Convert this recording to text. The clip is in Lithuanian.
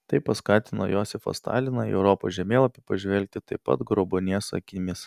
tai paskatino josifą staliną į europos žemėlapį pažvelgti taip pat grobuonies akimis